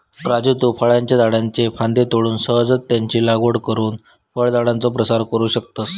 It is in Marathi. राजू तु फळांच्या झाडाच्ये फांद्ये तोडून सहजच त्यांची लागवड करुन फळझाडांचो प्रसार करू शकतस